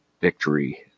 victory